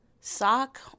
sock